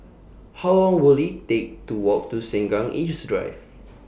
How Long Will IT Take to Walk to Sengkang East Drive